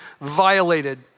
violated